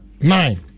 nine